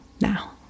Now